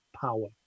power